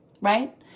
Right